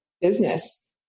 business